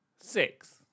Six